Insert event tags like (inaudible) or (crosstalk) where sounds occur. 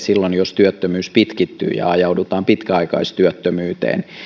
(unintelligible) silloin jos työttömyys pitkittyy ja ajaudutaan pitkäaikaistyöttömyyteen